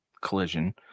Collision